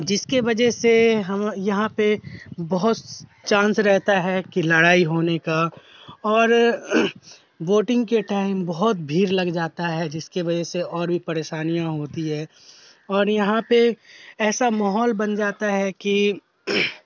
جس کے وجہ سے ہم یہاں پہ بہت چانس رہتا ہے کہ لڑائی ہونے کا اور ووٹنگ کے ٹائم بہت بھیڑ لگ جاتا ہے جس کے وجہ سے اور بھی پریشانیاں ہوتی ہے اور یہاں پہ ایسا ماحول بن جاتا ہے کہ